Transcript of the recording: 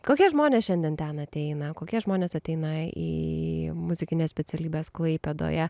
kokie žmonės šiandien ten ateina kokie žmonės ateina į muzikines specialybes klaipėdoje